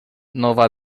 nova